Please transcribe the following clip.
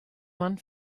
man